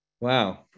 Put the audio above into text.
Wow